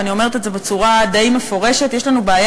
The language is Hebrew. ואני אומרת את זה בצורה די מפורשת: יש לנו בעיה